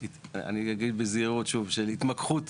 אני אגיד בזהירות שוב, של התמקחות